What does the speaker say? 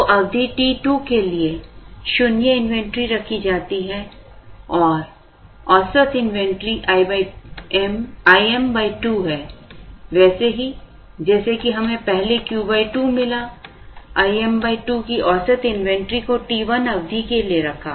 तो अवधि t 2 के लिए शून्य इन्वेंट्री रखी जाती है औसत इन्वेंट्री Im 2 है वैसे ही जैसे कि हमें पहले Q 2 मिला I m 2 की औसत इन्वेंट्री को t1 अवधि के लिए रखा